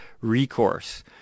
recourse